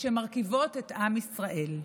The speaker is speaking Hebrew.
שמרכיבות את עם ישראל.